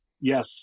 Yes